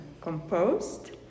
composed